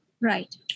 Right